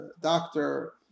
doctor